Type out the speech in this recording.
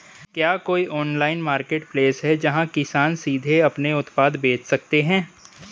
क्या कोई online marketplace है जहां किसान सीधे अपने उत्पाद बेच सकते हैं?